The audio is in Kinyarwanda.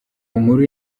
inkuru